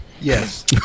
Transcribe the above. yes